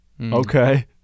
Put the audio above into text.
Okay